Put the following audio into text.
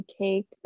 take